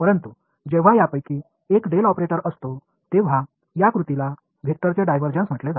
ஆனால் இவர்களில் ஒருவர் டெல் ஆபரேட்டராக இருக்கும்போது இந்த செயல் டைவர்ஜென்ஸ் ஆஃப் தி வெக்டர் என்று அழைக்கப்படுகிறது